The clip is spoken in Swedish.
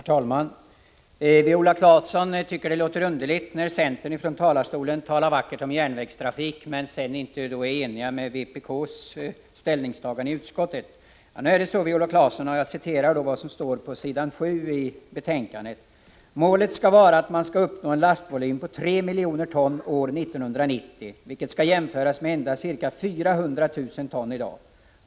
Herr talman! Viola Claesson tycker att det låter underligt när representanter för centern från talarstolen talar vackert om järnvägstrafik men sedan inte är eniga med vpk om ställningstagandet i utskottet. Då vill jag citera vad som står på s. 7i betänkandet: ”Målet skall vara att man skall uppnå en lastvolym på 3 milj. ton år 1990, vilket skall jämföras med endast ca 400 000 ton i dag.